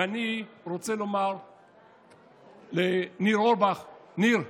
ואני רוצה לומר לניר אורבך: ניר,